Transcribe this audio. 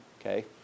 Okay